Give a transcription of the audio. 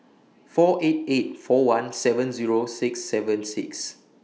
four eight eight four one seven Zero six seven six